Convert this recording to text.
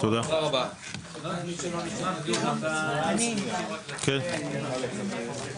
הישיבה ננעלה בשעה 13:36.